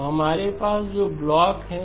तो हमारे पास जो ब्लॉक हैं